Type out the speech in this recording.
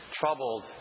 troubled